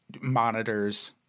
monitors